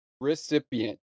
recipient